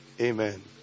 Amen